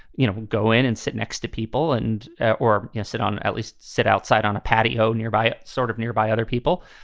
you know, go in and sit next to people and or you you sit on at least sit outside on a patio nearby, sort of nearby other people.